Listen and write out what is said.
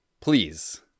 please